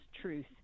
truth